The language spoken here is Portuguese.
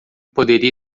poderia